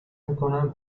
میکنم